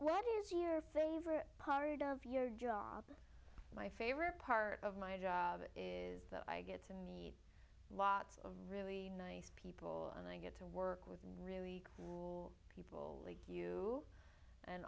t is your favorite part of your job my favorite part of my job is that i get to meet lots of really nice people and i get to work with really cool people like you and